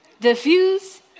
Diffuse